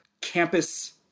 campus